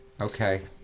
Okay